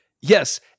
yes